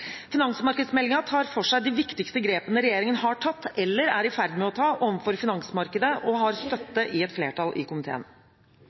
tar for seg de viktigste grepene regjeringen har tatt eller er i ferd med å ta overfor finansmarkedet, og har